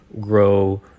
grow